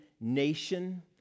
nation